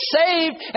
saved